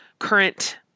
current